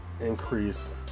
increase